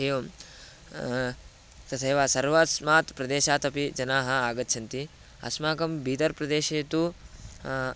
एवं तथैव सर्वस्मात् प्रदेशात् अपि जनाः आगच्छन्ति अस्माकं बीदर् प्रदेशे तु